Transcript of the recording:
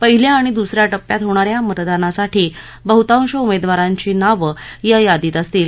पहिल्या आणि दुसऱ्या टप्प्यात होणाऱ्या मतदानासाठी बडुतांश उमेदवारांची नावे या यादीत असतील